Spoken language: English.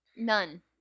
None